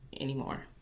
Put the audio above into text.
anymore